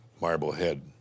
marblehead